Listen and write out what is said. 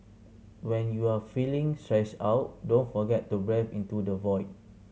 when you are feeling stressed out don't forget to breathe into the void